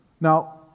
Now